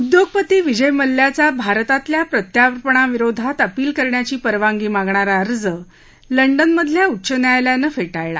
उद्योगपती विजय मल्ल्याचा भारतातल्या प्रर्त्यापणाविरोधात अपील करण्याची परवानगी मागणारा अर्ज लंडनमधल्या उच्च न्यायालयानं फ्रिळला